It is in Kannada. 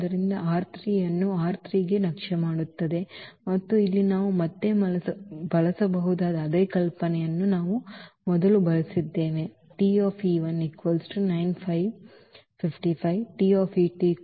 ಆದ್ದರಿಂದ ಇದು ಅನ್ನು ಈ ಗೆ ನಕ್ಷೆ ಮಾಡುತ್ತದೆ ಮತ್ತು ಇಲ್ಲಿ ನಾವು ಮತ್ತೆ ಬಳಸಬಹುದಾದ ಅದೇ ಕಲ್ಪನೆಯನ್ನು ನಾವು ಈ ಮೊದಲು ಬಳಸಿದ್ದೇವೆ ಈ